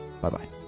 Bye-bye